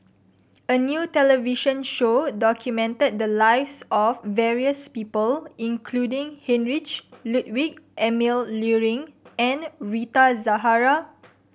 a new television show documented the lives of various people including Heinrich Ludwig Emil Luering and Rita Zahara